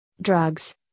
drugs